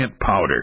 powder